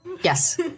Yes